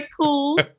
cool